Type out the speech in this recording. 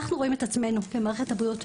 אנחנו רואים את עצמנו כמערכת הבריאות,